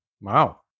Wow